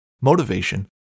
motivation